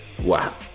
Wow